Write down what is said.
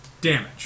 damage